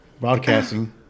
broadcasting